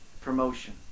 promotion